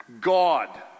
god